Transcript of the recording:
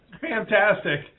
Fantastic